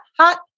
hot